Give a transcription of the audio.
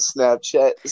Snapchat